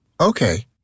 Okay